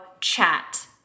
chat